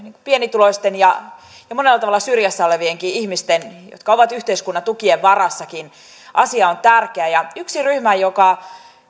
pienituloisten ja monella tavalla syrjässäkin olevien ihmisten jotka ovat yhteiskunnan tukien varassakin asia on tärkeä yksi ryhmä joka